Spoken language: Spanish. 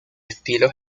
estilo